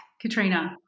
Katrina